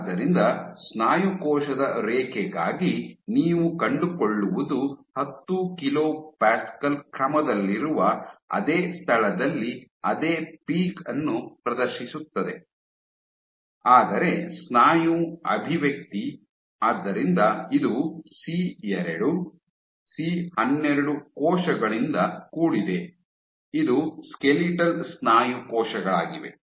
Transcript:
ಆದ್ದರಿಂದ ಸ್ನಾಯು ಕೋಶದ ರೇಖೆಗಾಗಿ ನೀವು ಕಂಡುಕೊಳ್ಳುವುದು ಹತ್ತು ಕಿಲೋ ಪ್ಯಾಸ್ಕಲ್ ಕ್ರಮದಲ್ಲಿರುವ ಅದೇ ಸ್ಥಳದಲ್ಲಿ ಅದೇ ಪೀಕ್ ಅನ್ನು ಪ್ರದರ್ಶಿಸುತ್ತದೆ ಆದರೆ ಸ್ನಾಯು ಅಭಿವ್ಯಕ್ತಿ ಆದ್ದರಿಂದ ಇದು ಸಿ2 ಸಿ12 ಕೋಶಗಳಿಂದ ಕೂಡಿದೆ ಇದು ಸ್ಕೆಲಿಟಲ್ ಸ್ನಾಯು ಕೋಶಗಳಾಗಿವೆ